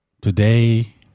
today